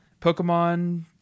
pokemon